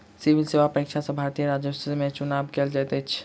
civil सेवा परीक्षा सॅ भारतीय राजस्व सेवा में चुनाव कयल जाइत अछि